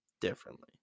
differently